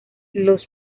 los